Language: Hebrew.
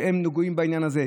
שהם נגועים בעניין הזה.